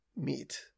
meat